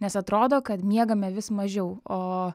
nes atrodo kad miegame vis mažiau o